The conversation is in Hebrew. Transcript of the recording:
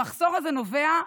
המחסור הזה נובע,